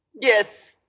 yes